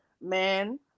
man